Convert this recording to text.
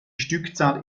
stückzahl